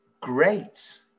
great